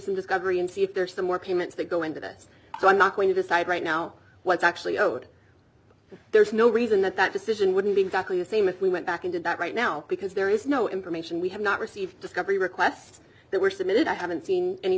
some discovery and see if there's the more comments that go into this so i'm not going to decide right now what's actually owed there's no reason that that decision wouldn't be exactly the same if we went back into that right now because there is no information we have not received discovery requests that were submitted i haven't seen any